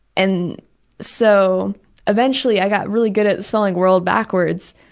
and so eventually i got really good at spelling world backwards,